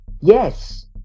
Yes